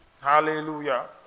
Hallelujah